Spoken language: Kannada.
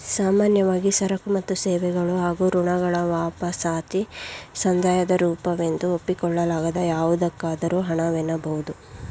ಸಾಮಾನ್ಯವಾಗಿ ಸರಕು ಮತ್ತು ಸೇವೆಗಳು ಹಾಗೂ ಋಣಗಳ ವಾಪಸಾತಿ ಸಂದಾಯದ ರೂಪವೆಂದು ಒಪ್ಪಿಕೊಳ್ಳಲಾಗದ ಯಾವುದಕ್ಕಾದರೂ ಹಣ ವೆನ್ನಬಹುದು